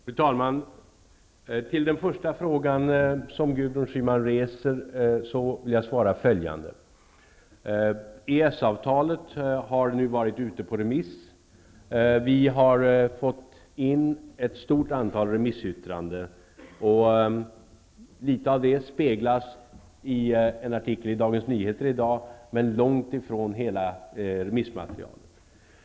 Fru talman! På den första fråga som Gudrun Schyman reser vill jag svara följande. EES-avtalet har nu varit ute på remiss. Vi har fått in ett stort antal remissyttranden -- något av detta speglas i en artikel i Dagens Nyheter i dag -- men långt ifrån hela remissmaterialet.